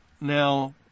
now